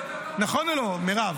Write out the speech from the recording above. נכון או לא, מירב?